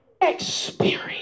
experience